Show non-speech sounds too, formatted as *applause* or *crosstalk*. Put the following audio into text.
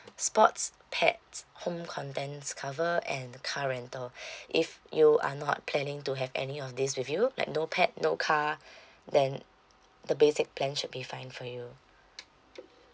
sports pets home contents cover and the car rental *breath* if you are not planning to have any of these with you like no pet no car *breath* then the basic plan should be fine for you